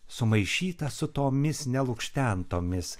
sumaišyta su tomis nelukštentomis